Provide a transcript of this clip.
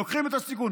לוקחים את הסיכון.